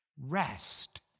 rest